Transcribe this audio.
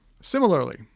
Similarly